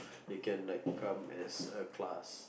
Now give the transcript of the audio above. it can like come as a class